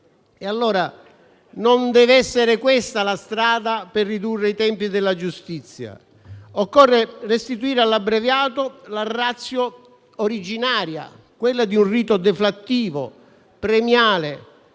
applicare. Non deve essere questa la strada per ridurre i tempi della giustizia. Occorre restituire al rito abbreviato la *ratio* originaria, quella di un rito deflattivo, premiale,